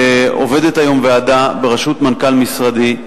שעובדת היום ועדה בראשות מנכ"ל משרדי,